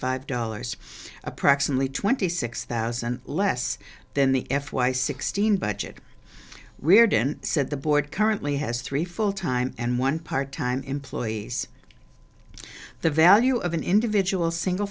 five dollars approximately twenty six thousand less than the f y sixteen budget rearden said the board currently has three full time and one part time employees the value of an individual single